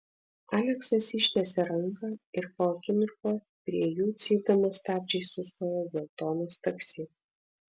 aleksas ištiesė ranką ir po akimirkos prie jų cypdamas stabdžiais sustojo geltonas taksi